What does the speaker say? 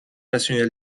national